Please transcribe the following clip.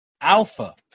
Alpha